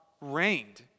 rained